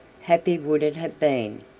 happy would it have been,